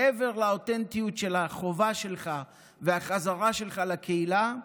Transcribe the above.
מעבר לאותנטיות של החובה שלך והחזרה שלך לקהילה,